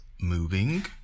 moving